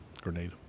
grenade